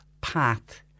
path